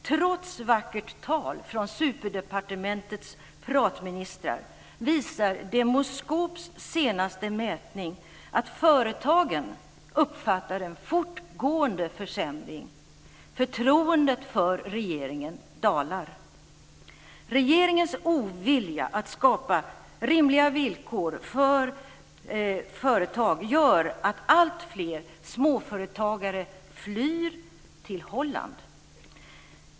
Trots vackert tal från superdepartementets pratministrar visar Demoskops senaste mätning att företagen uppfattar en fortgående försämring. Förtroendet för regeringen dalar. Regeringens ovilja att skapa rimliga villkor för företag gör att alltfler småföretagare flyr till Holland.